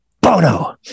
Bono